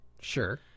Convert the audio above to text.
sure